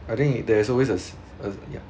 I think there's always a s~ uh ya